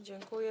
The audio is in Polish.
Dziękuję.